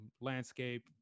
landscape